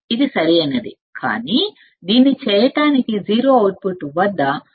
ఇది సరైనది కానీ ఆచరణాత్మకంగా అవుట్పుట్ వద్ద కొంత వోల్టేజ్ ఉంది